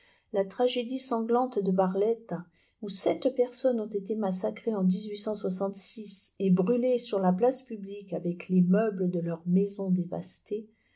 la tragédie sanglante de barletta où sept personnes ont été massacrées en et brûlées sur la place publique avec les meubles de leurs maisons dévastées